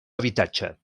habitatge